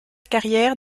carrière